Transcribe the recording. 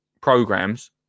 programs